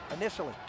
initially